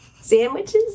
Sandwiches